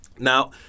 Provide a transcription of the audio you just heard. Now